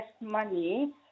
money